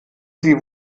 sie